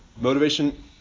Motivation